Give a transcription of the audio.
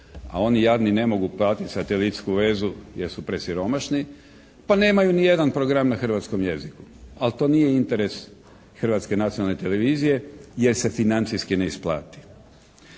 a oni jadni ne mogu pratiti satelitsku vezu jer su presiromašni, pa nemaju niti jedan program na hrvatskom jeziku. Ali to nije interes Hrvatske nacionalne televizije jer se financijski ne isplati.